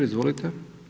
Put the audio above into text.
Izvolite.